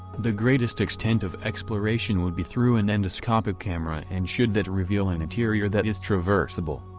the greatest extent of exploration would be through an endoscopic camera and should that reveal an interior that is traversable,